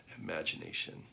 imagination